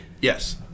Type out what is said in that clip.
Yes